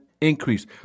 increase